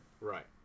Right